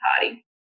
party